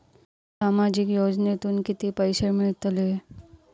सामाजिक योजनेतून किती पैसे मिळतले?